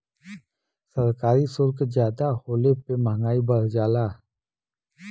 सरकारी सुल्क जादा होले पे मंहगाई बढ़ जाला